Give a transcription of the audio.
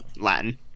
Latin